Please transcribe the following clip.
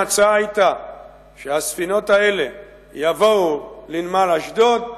ההצעה היתה שהספינות האלה יבואו לנמל אשדוד,